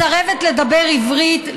מסרבת לדבר עברית,